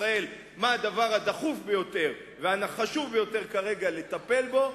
ישראל מה הדבר הדחוף ביותר והחשוב ביותר כרגע לטפל בו,